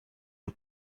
une